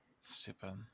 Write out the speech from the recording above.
Stupid